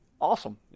awesome